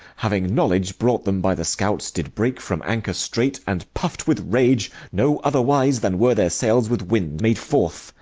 having knowledge, brought them by the scouts, did break from anchor straight, and, puffed with rage, no otherwise then were their sails with wind, made forth,